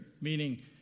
Meaning